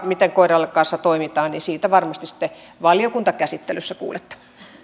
miten koiran kanssa toimitaan varmasti sitten valiokuntakäsittelyssä kuulette